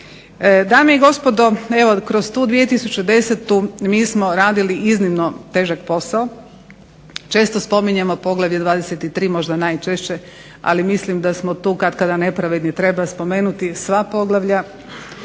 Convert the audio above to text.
dame i gospodo, kroz tu 2010. mi smo radili iznimno težak posao, često spominjemo poglavlje 23. možda najčešće ali mislim da smo tu katkada nepravedni, treba spomenuti sva poglavlja,